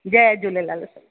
Jay Jhulelal